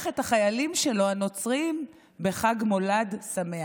את החיילים הנוצרים שלו בחג מולד שמח.